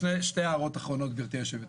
שתי הערות אחרונות, גברתי היושבת-ראש.